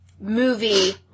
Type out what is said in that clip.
movie